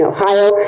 Ohio